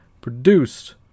produced